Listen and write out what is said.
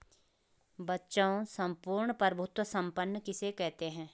बच्चों सम्पूर्ण प्रभुत्व संपन्न किसे कहते हैं?